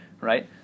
Right